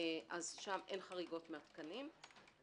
שם אין חריגות מהתקנים,